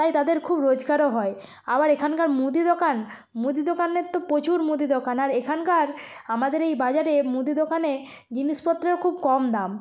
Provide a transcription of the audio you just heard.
তাই তাদের খুব রোজগারও হয় আবার এখানকার মুদি দোকান মুদি দোকানের তো প্রচুর মুদি দোকান আর এখানকার আমাদের এই বাজারে মুদি দোকানে জিনিসপত্রেরও খুব কম দাম